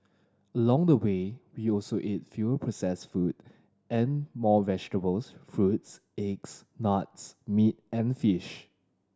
along the way we also ate fewer processed food and more vegetables fruits eggs nuts meat and fish